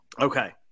okay